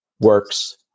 works